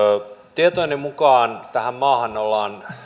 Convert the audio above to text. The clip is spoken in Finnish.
tietojeni mukaan tähän maahan ollaan